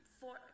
four